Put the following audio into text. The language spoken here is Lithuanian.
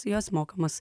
jos mokamos